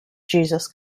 jesus